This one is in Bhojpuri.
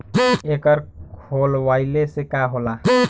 एकर खोलवाइले से का होला?